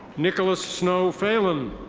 nicholas snow phalen.